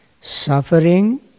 suffering